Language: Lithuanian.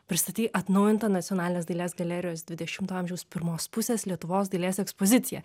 pristatei atnaujintą nacionalinės dailės galerijos dvidešimto amžiaus pirmos pusės lietuvos dailės ekspoziciją